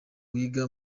wiga